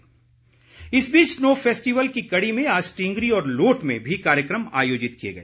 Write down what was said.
snow festival इस बीच snow festival की कड़ी में आज स्टींगरी और लोट में भी कार्यक्रम आयोजित किए गए